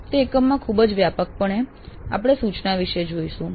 તે એકમમાં ખૂબ જ વ્યાપકપણે આપણે સૂચના વિષે જોઈશું